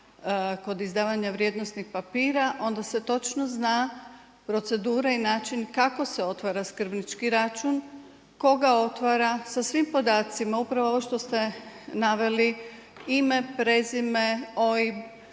kod izdavanja vrijednosnih papira onda se točno zna procedura i način kako se otvara skrbnički račun, tko ga otvara sa svim podacima upravo ovo što ste naveli, ime, prezime, OIB,